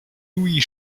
louis